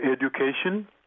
education